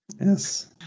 Yes